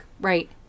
Right